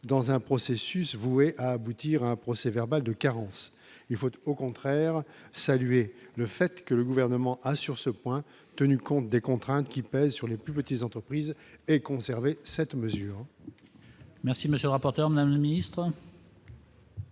dans un processus voué à aboutir à un procès verbal de carence, il faut au contraire salué le fait que le gouvernement a sur ce point tenu compte des contraintes qui pèsent sur les plus petites entreprises et conserver cette mesure.